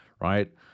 right